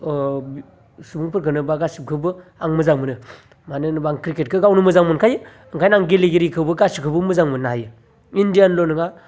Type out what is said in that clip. ओ सुबुंफोरखौनो बा गासिबखौबो आं मोजां मोनो मानो होनोबा आं क्रिकेटखौ गावनो मोजां मोनखायो ओंखायनो आं गेलेगिरिखौबो गासिखौबो मोजां मोननो हायो इण्डियानल' नङा